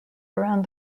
around